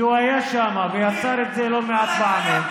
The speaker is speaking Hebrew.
כי הוא היה שם ועשה את זה לא מעט פעמים.